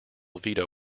veto